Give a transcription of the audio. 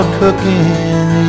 cooking